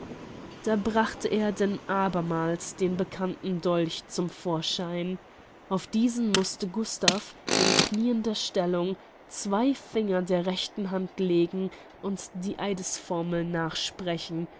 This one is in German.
da brachte er denn abermals den bekannten dolch zum vorschein auf diesen mußte gustav in knieender stellung zwei finger der rechten hand legen und die eidesformel nachsprechen